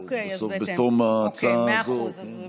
בתום ההצעה הזאת.